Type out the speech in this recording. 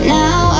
now